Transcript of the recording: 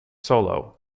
solo